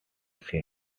seen